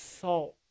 salt